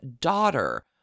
daughter